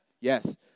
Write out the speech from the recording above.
Yes